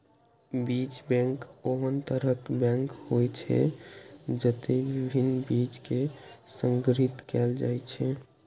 बीज बैंक ओहन तरहक बैंक होइ छै, जतय विभिन्न बीज कें संग्रहीत कैल जाइ छै